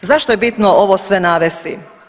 Zašto je bitno ovo sve navesti?